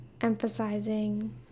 emphasizing